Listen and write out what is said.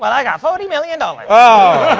well, i've got forty million dollars. oh,